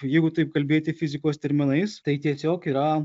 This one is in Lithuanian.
jeigu taip kalbėti fizikos terminais tai tiesiog yra